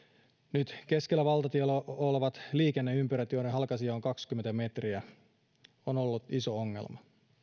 nyt keskellä valtatietä olevat liikenneympyrät joiden halkaisija on kaksikymmentä metriä ovat olleet iso ongelma